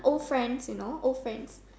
old friends you know old friends